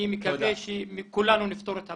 אני מקווה שכולנו נפתור את הבעיה,